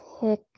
pick